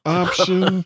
option